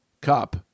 Cup